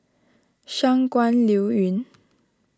Shangguan Liuyun